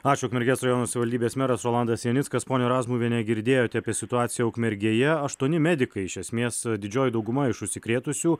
ačiū ukmergės rajono savivaldybės meras rolandas janickas ponia razmuviene girdėjote apie situaciją ukmergėje aštuoni medikai iš esmės didžioji dauguma iš užsikrėtusių